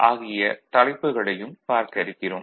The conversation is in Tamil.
ஆகிய தலைப்புகளையும் பார்க்க இருக்கிறோம்